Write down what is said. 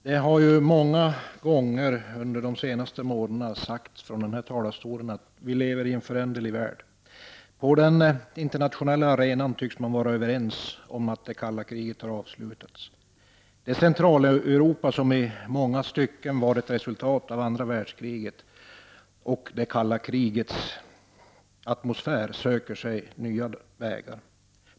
Herr talman! Det har många gånger under de senaste månaderna sagts från kammarens talarstol att vi lever i en föränderlig värld. På den internationella arenan tycks man vara överens om att det kalla kriget har avslutats. Det Centraleuropa som i många stycken var ett resultat av andra världskriget och det kalla krigets atmosfär söker sig nya vägar.